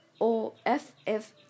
O-F-F